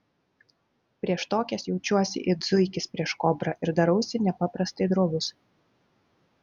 prieš tokias jaučiuosi it zuikis prieš kobrą ir darausi nepaprastai drovus